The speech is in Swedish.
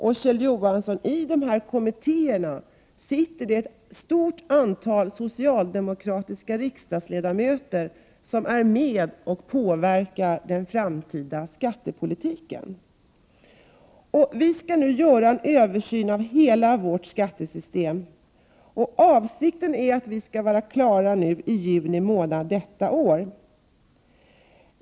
I de kommittéerna, Kjell Johansson, sitter ett stort antal socialdemokratiska riksdagsledamöter som är med och påverkar den framtida skattepolitiken. Vi skall göra en översyn av hela vårt skattesystem. Avsikten är att vi skall vara klara i juni månad detta år.